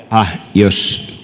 jos